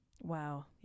Wow